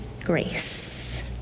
grace